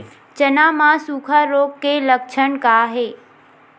चना म सुखा रोग के लक्षण का हे?